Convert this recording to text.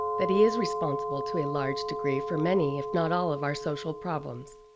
that he is responsible, to a large degree, for many, if not all of our social problems.